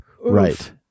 right